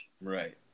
Right